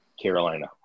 Carolina